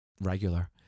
regular